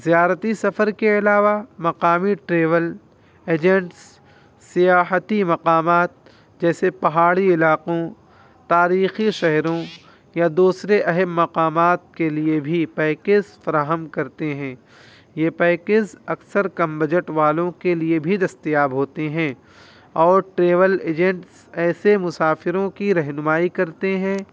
زیارتی سفر کے علاوہ مقامی ٹریول ایجنٹس سیاحتی مقامات جیسے پہاڑی علاقوں تاریخی شہروں یا دوسرے اہم مقامات کے لیے بھی پیکز فراہم کرتے ہیں یہ پیکز اکثر کم بجٹ والوں کے لیے بھی دستیاب ہوتے ہیں اور ٹریول ایجنٹس ایسے مسافروں کی رہنمائی کرتے ہیں